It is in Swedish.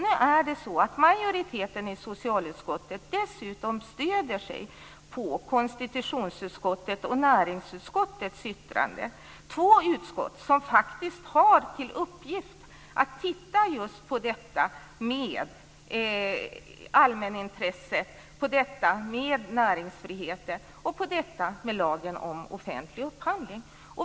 Nu är det så att majoriteten i socialutskottet dessutom stöder sig på konstitutionsutskottets och näringsutskottets yttranden. Det är två utskott som faktiskt har till uppgift att titta just på detta med allmänintresse, detta med näringsfrihet och detta med lagen om offentlig upphandling.